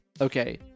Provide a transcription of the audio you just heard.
okay